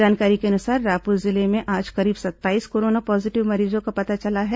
जानकारी के अनुसार रायपुर जिले में आज करीब सत्ताईस कोरोना पॉजीटिव मरीजों का पता चला है